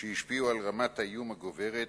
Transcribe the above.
שהשפיעו על רמת האיום הגוברת,